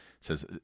says